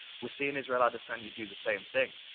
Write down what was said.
we're seeing israel adesanya do the same thing.